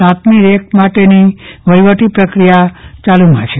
સાતમી રેક માટેની વહીવટી પ્રક્રિયા ચાલુ છે